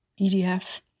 EDF